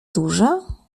duża